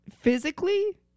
physically